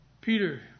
Peter